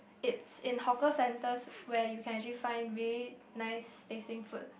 it's in hawker centers where you can actually find very nice tasting food